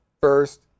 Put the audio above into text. first